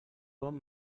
bon